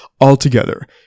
altogether